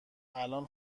الان